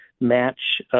match